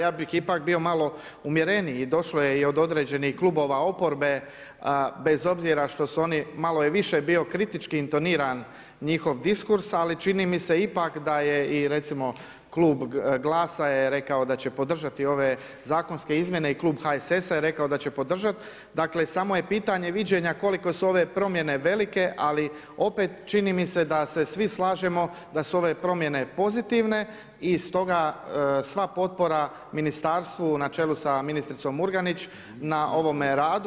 Ja bih ipak bio malo umjereniji, došlo je i od određenih klubova oporbe, bez obzira što su oni, malo je više bio kritički intoniran njihov diskurs, ali čini mi se ipak da je i recimo klub GLAS-a je rekao da će podržati ove zakonske izmjene i klub HSS-a je rekao da će podržat, dakle samo je pitanje viđenja koliko su ove promjene velike, ali opet čini mi se da se svi slažemo da su ove promjene pozitivne i stoga sva potpora ministarstvu na čelu sa ministricom Murganić na ovome radu.